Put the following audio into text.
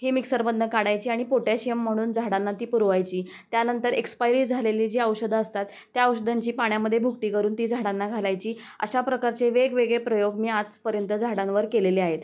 ही मिक्सरमधून काढायची आणि पोटॅशियम म्हणून झाडांना ती पुरवायची त्यानंतर एक्स्पायरी झालेली जी औषधं असतात त्या औषधांची पाण्यामध्ये भुकटी करून ती झाडांना घालायची अशा प्रकारचे वेगवेगळे प्रयोग मी आजपर्यंत झाडांवर केलेले आहेत